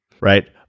right